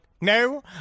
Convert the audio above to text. no